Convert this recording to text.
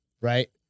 right